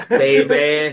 baby